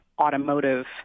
automotive